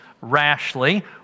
rashly